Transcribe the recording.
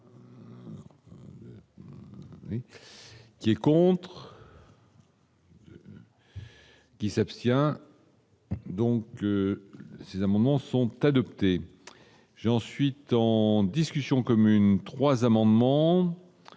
Qui est contre. Qui s'abstient donc ces amendements sont adoptés, j'ai ensuite en discussion commune 3 amendements